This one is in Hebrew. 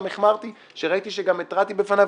גם החמרתי כשראיתי שגם התרעתי בפניו,